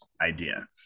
idea